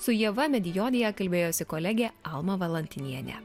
su ieva medijodja kalbėjosi kolegė alma valantinienė